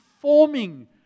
forming